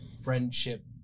friendship